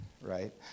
right